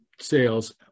sales